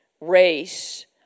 race